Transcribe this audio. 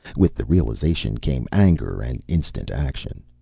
with the realization came anger and instant action.